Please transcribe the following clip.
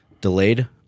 delayed